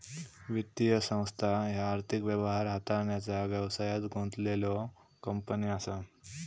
वित्तीय संस्था ह्या आर्थिक व्यवहार हाताळण्याचा व्यवसायात गुंतलेल्यो कंपनी असा